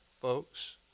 folks